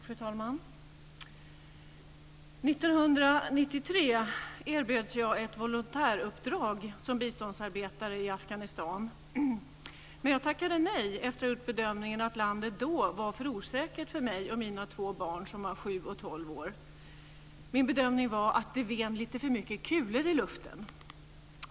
Fru talman! År 1993 erbjöds jag ett volontäruppdrag som biståndsarbetare i Afghanistan, men jag tackade nej efter att ha gjort bedömningen att landet då var för osäkert för mig och mina två barn, som var 7 och 12 år. Min bedömning var att det ven lite för mycket kulor i luften.